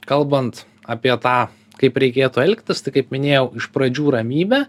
kalbant apie tą kaip reikėtų elgtis tai kaip minėjau iš pradžių ramybė